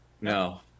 No